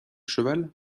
cheval